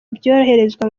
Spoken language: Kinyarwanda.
ibyoherezwa